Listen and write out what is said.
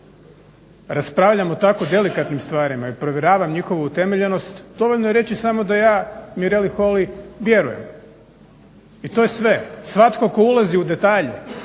raspravljam o tako delikatnim stvarima i provjeravam njihovu utemeljenost dovoljno je reći samo da ja Mireli Holy vjerujem. I to je sve. Svatko tko ulazi u detalje